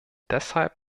deshalb